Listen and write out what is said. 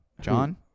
John